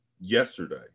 yesterday